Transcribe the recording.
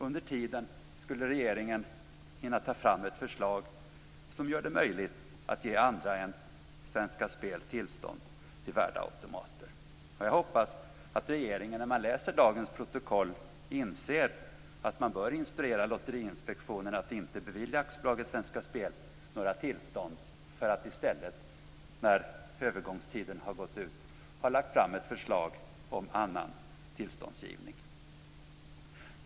Under tiden skulle regeringen hinna ta fram ett förslag som gör det möjligt att ge andra än Svenska Spel tillstånd att anordna spel på värdeautomater. Jag hoppas att regeringen, när man läser dagens protokoll, inser att man bör instruera Lotteriinspektionen att inte bevilja AB Svenska Spel några tillstånd för att i stället, när övergångstiden har gått ut, lägga fram ett förslag om annan tillståndsgivning.